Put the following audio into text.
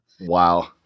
Wow